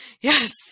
Yes